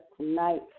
tonight